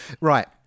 Right